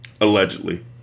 Allegedly